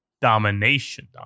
domination